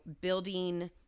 building